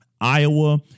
Iowa